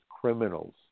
criminals